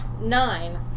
Nine